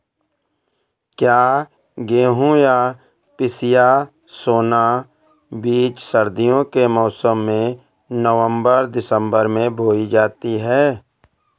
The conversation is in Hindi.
क्या गेहूँ या पिसिया सोना बीज सर्दियों के मौसम में नवम्बर दिसम्बर में बोई जाती है?